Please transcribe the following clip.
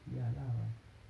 ya lah